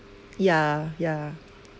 yeah yeah